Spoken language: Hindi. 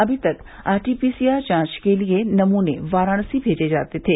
अभी तक आरटीपीसीआर जांच के नमूने वाराणसी भेजे जाते थे